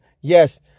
yes